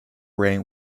rain